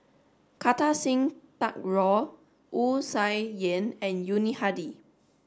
Kartar Singh Thakral Wu Tsai Yen and Yuni Hadi